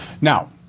Now